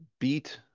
beat